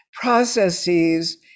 processes